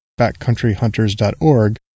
backcountryhunters.org